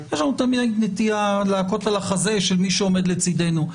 יש לנו תמיד נטייה להכות על החזה של מי שעומד לצדנו.